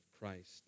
Christ